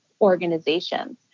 organizations